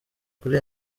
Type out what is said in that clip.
kuri